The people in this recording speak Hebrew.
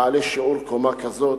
בעלי שיעור קומה כזה,